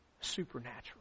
supernatural